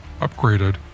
upgraded